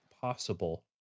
possible